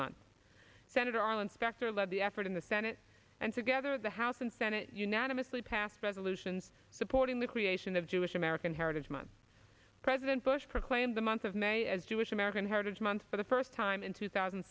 month senator arlen specter led the effort in the senate and together the house and senate unanimously passed resolutions supporting the creation of jewish american heritage month president bush proclaimed the month of may as jewish american heritage month for the first time in two thousand